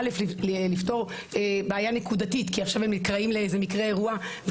זה לפתור בעיה נקודתית כי עכשיו הם נקראים לאיזה אירוע.